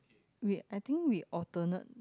wait I think we alternate